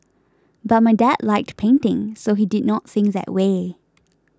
but my dad liked painting so he did not think that way